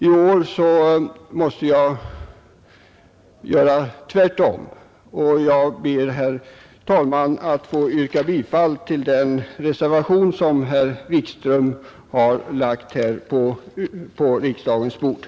I år måste jag p.g.a. utskottets skrivning göra tvärtom, herr talman, och jag ber att få yrka bifall till det under överläggningen av herr Wikström framställda yrkandet.